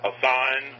assign